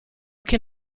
che